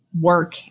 work